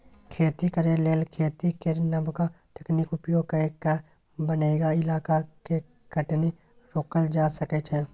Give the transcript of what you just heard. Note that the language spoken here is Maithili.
खेती करे लेल खेती केर नबका तकनीक उपयोग कए कय बनैया इलाका के कटनी रोकल जा सकइ छै